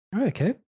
Okay